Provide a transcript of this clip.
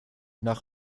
nach